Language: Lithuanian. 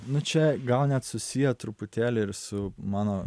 na čia gal net susiję truputėlį ir su mano